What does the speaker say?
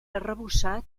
arrebossat